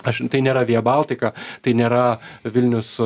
aš tai nėra via baltica tai nėra vilnius